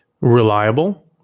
reliable